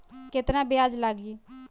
केतना ब्याज लागी?